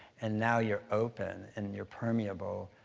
and now you're open and you're permeable.